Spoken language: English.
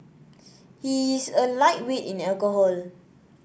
he is a lightweight in alcohol